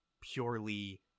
purely